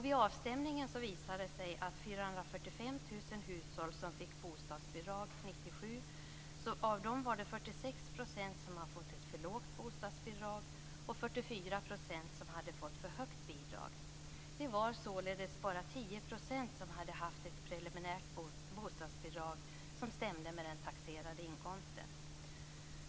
Vid avstämningen visade det sig att av de 445 000 hushåll som fick bostadsbidrag 1997 var det 46 % som fått ett för lågt bostadsbidrag och 44 % som hade fått för högt bidrag. Det var således bara 10 % som hade haft ett preliminärt bostadsbidrag som stämde med den taxerade inkomsten.